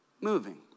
moving